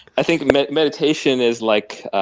i think meditation is like